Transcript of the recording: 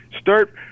start